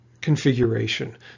configuration